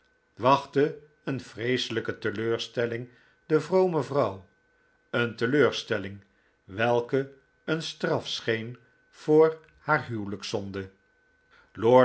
wachtte een vreeselijke teleurstelling de vrome vrouw een teleurstelling welke een straf scheen voor haar huwelijkszonde lord